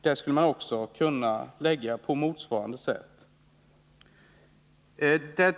Här skulle man alltså kunna göra på motsvarande sätt.